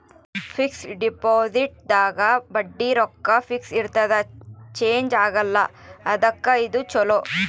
fix deposit ದಾಗ ಬಡ್ಡಿ ರೊಕ್ಕ ಫಿಕ್ಸ್ ಇರ್ತದ ಚೇಂಜ್ ಆಗಲ್ಲ ಅದುಕ್ಕ ಇದು ಚೊಲೊ